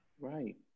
Right